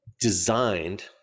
designed